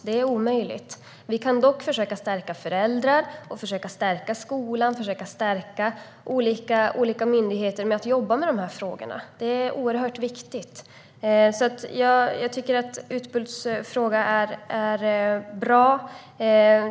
Det är omöjligt. Vi kan dock försöka stärka föräldrar, skolan och olika myndigheter att jobba med frågorna. Det är oerhört viktigt. Utbults frågor är bra.